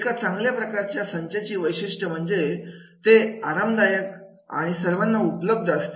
एका चांगल्या प्रशिक्षण संचाची वैशिष्ट्य म्हणजे ते आरामदायक आणि सर्वांना उपलब्ध असते